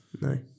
No